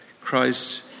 Christ